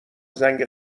زنگ